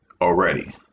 already